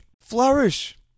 Flourish